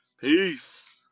Peace